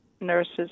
nurses